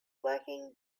lacking